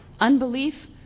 Unbelief